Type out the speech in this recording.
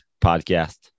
podcast